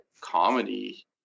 comedy